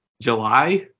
july